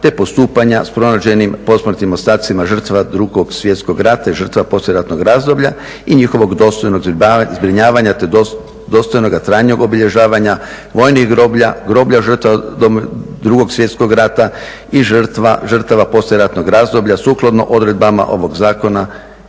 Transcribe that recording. te postupanja s pronađenim posmrtnim ostacima žrtava 2.svjetskog rata i žrtava poslijeratnog razdoblja i njihovog dostojnog zbrinjavanja te dostojnoga trajnog obilježavanja vojnih groblja, groblja žrtava 2.svjetskog rata i žrtava poslijeratnog razdoblja sukladno odredbama ovog zakona